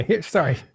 Sorry